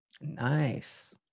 Nice